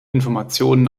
informationen